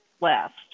last